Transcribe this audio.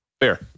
Fair